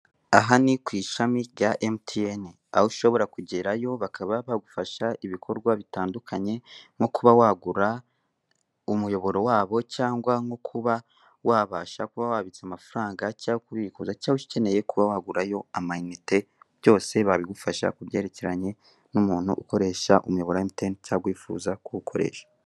Aha ni ku Ishami rya emutiyeni, aho ushobora kugerayo bakaba bagufasha ibikorwa bitandukanye, nko kuba wagura umuyoboro wabo cyangwa nko kuba wabasha kuba wabitsa amafaranga cyangwa kubikuza, cyangwa ukeneye kuba wagurayo amayinite, byose babigufasha kubyerekeranye n'umuntu ukoresha umuyoboro wa emutiyeni cyangwa uwifuza kuwukoresha.